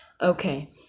okay